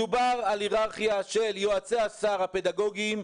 מדובר בהיררכיה של יועצי השר הפדגוגיים,